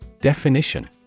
Definition